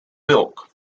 milk